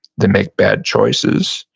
they make bad choices,